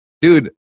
dude